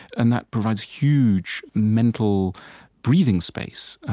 and that provides huge mental breathing space,